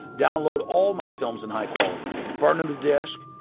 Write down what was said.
download all my films in high-quality, burn them to disk,